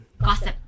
Gossip